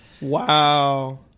Wow